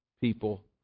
people